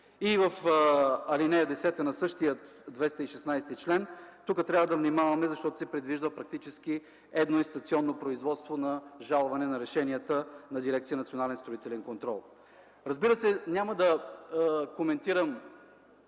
И в ал. 10 на същия чл. 216 трябва да внимаваме, защото се предвижда практически едноинстанционно производство на обжалване на решенията на дирекция „Национален строителен контрол”. Разбира се, няма да коментирам